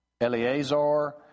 Eleazar